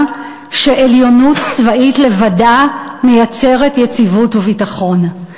שעליונות צבאית לבדה מייצרת יציבות וביטחון.